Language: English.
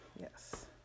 Yes